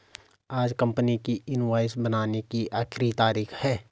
आज कंपनी की इनवॉइस बनाने की आखिरी तारीख है